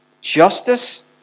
Justice